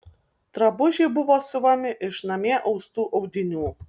drabužiai buvo siuvami iš namie austų audinių